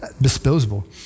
disposable